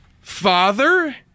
father